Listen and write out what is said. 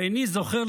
ואיני זוכר,